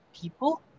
people